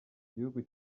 gihugu